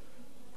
אמרו לי,